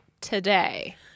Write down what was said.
today